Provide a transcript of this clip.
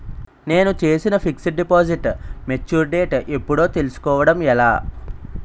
నేను చేసిన fixed deposit mature date ఎప్పుడో తెల్సుకోవడం ఎలా?